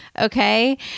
okay